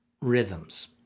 rhythms